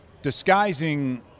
Disguising